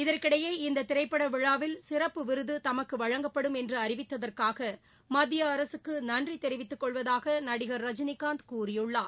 இதற்கிடையே இந்த திரைப்பட விழாவில் சிறப்பு விருது தமக்கு வழங்கப்படும் என்று அறிவித்ததற்காக மத்திய அரசுக்கு நன்றி தெரிவித்துக்கொள்வதாக நடிகர் ரஜினிகாந்த் கூறியுள்ளார்